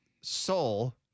soul